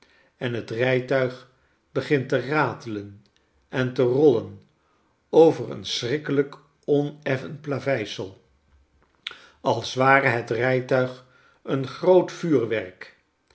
en het rijtuig begint te ratelen en te rollen over een schrikkelijk oneffen plaveisel als ware het rijtuig een groot vuurwerk